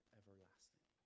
everlasting